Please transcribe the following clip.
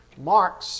Mark